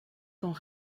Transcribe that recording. quand